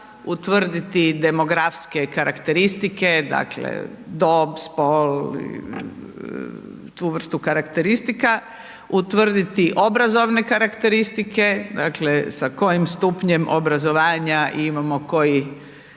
utvrditi demografske karakteristike, dakle dob, spol, tu vrstu karakteristika, utvrditi obrazovne karakteristike, dakle sa kojim stupnjem obrazovanja imamo koji